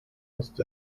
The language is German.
ist